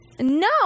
No